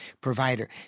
provider